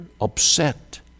upset